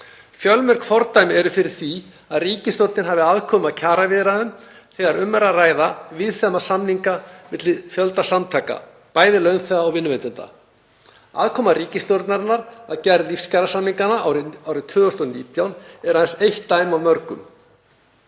Fjölmörg fordæmi eru fyrir því að ríkisstjórnin hafi aðkomu að kjaraviðræðum þegar um er að ræða víðfeðma samninga milli fjölda samtaka, bæði launþega og vinnuveitenda. Aðkoma ríkisstjórnarinnar að gerð lífskjarasamninganna árið 2019 er aðeins eitt dæmi af mörgum.